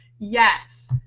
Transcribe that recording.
yes.